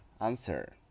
answer